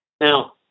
Now